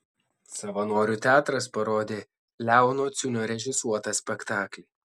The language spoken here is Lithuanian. savanorių teatras parodė leono ciunio režisuotą spektaklį